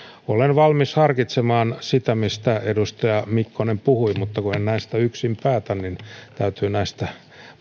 olen valmis harkitsemaan sitä mistä edustaja mikkonen puhui mutta kun en näistä yksin päätä niin täytyy näistä